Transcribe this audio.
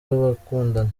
w’abakundana